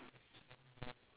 orh okay